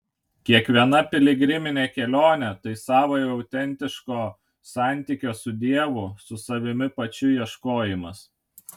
kiekviena piligriminė kelionė tai savojo autentiško santykio su dievu su savimi pačiu ieškojimas